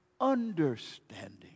understanding